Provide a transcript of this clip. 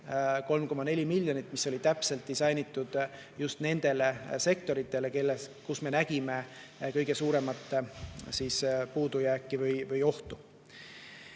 3,4 miljonit, mis oli disainitud just nende sektorite jaoks, kus me nägime kõige suuremat puudujääki või ohtu.